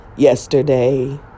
Yesterday